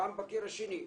פעם בקיר השני,